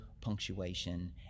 punctuation